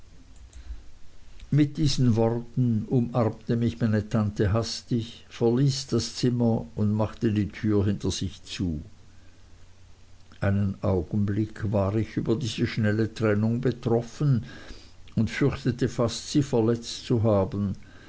mit diesen worten umarmte mich meine tante hastig verließ das zimmer und machte die tür hinter sich zu einen augenblick war ich über diese schnelle trennung betroffen und fürchtete fast sie verletzt zu haben